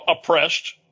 oppressed